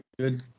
Good